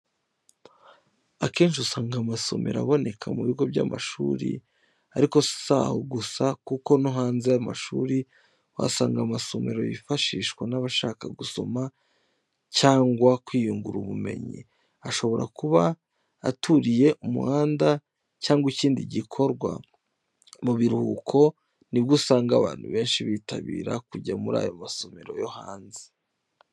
Akenshi usanga amasomero aboneka mu bigo by'amashuri ariko si aho gusa kuko no hanze y'amashuri uhasanga amasomero yifashishwa n'abashaka gusoma cyangwa kwiyungura ubumenyi. Ashobora kuba aturiye umuhanda cyangwa ibindi bikorwa. Mu biruhuko ni bwo usanga abantu benshi bitabira kujya muri ayo masomero yo hanze.